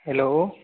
hello